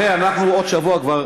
הרי אנחנו עוד שבוע כבר,